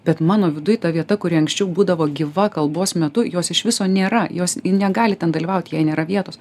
bet mano viduj ta vieta kuri anksčiau būdavo gyva kalbos metu jos iš viso nėra jos jin negali ten dalyvauti jai nėra vietos